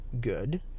good